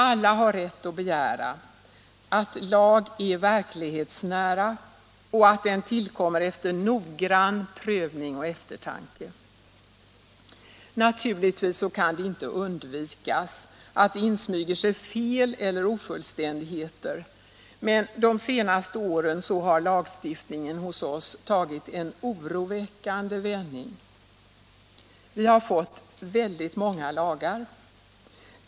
Alla har rätt att begära att en lag är verklighetsnära och att den tillkommer efter noggrann prövning och eftertanke. Naturligtvis kan det inte helt undvikas att det insmyger sig fel eller ofullständigheter, men de senaste åren har lagstiftningen hos oss tagit en oroväckande vändning. Vi har fått väldigt många lagar.